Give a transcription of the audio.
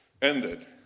Ended